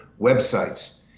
websites